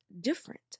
different